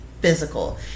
physical